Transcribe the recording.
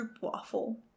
waffle